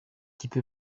ikipe